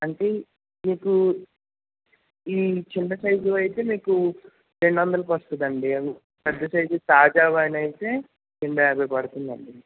అంటే మీకు ఈ చిన్న సైజువి అయితే మీకు రెండు వందలకు వస్తుందండి పెద్ద సైజువి తాజావి అయితే రెండు యాభై పడుతుందండి